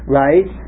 right